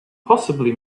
possibly